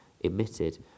emitted